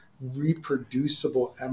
reproducible